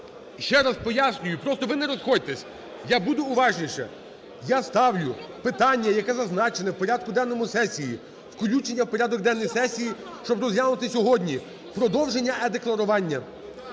ще раз пояснюю, просто ви не розходьтесь. Я буду уважніше. Я ставлю питання, яке зазначене в порядку денному сесії. Включення в порядок денний сесії, щоб розглянути сьогодні. Продовження е-декларування.